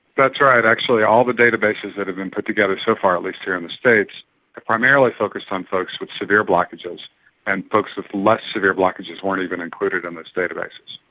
that's right. actually all the databases that have been put together so far, at least here in the states, are primarily focused on folks with severe blockages and folks with less severe blockages weren't even included in those databases.